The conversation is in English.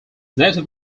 native